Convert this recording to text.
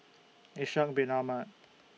Ishak Bin Ahmad